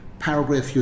Paragraph